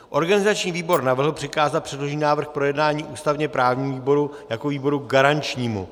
Organizační výbor navrhl přikázat předložený návrh k projednání ústavněprávnímu výboru jako výboru garančnímu.